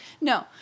No